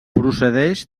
procedeix